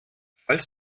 falls